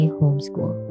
homeschool